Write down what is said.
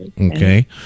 okay